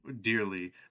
dearly